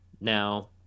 Now